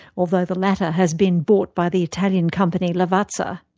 although the latter has been bought by the italian company, lavazza.